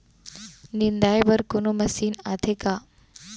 निंदाई बर कोनो मशीन आथे का?